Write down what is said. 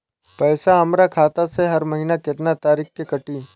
पैसा हमरा खाता से हर महीना केतना तारीक के कटी?